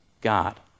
God